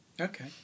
Okay